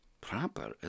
Proper